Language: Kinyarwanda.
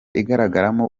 igaragaramo